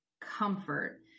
comfort